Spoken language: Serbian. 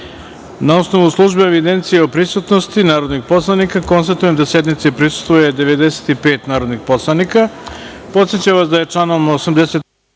osnovu službene evidencije o prisutnosti narodnih poslanika, konstatujem da sednici prisustvuje 95 narodnih poslanika. Podsećam